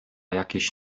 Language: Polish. jakieś